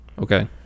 Okay